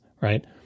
right